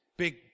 big